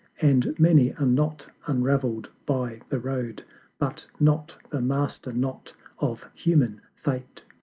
and many a knot unravel'd by the road but not the master-knot of human fate.